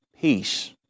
peace